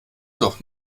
doch